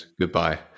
goodbye